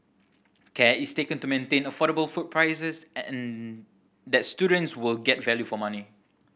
care is taken to maintain affordable food prices and that students will get value for money